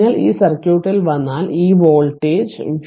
നിങ്ങൾ ഈ സർക്യൂട്ടിൽ വന്നാൽ ഈ വോൾട്ടേജ് V